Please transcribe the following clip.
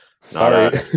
sorry